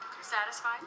Satisfied